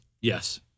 yes